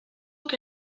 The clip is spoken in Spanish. que